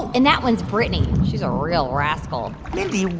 and that one's brittany. she's a real rascal mindy,